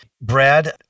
Brad